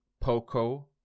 Poco